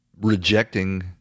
rejecting